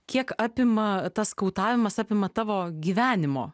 kiek apima tas skautavimas apima tavo gyvenimo